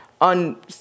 on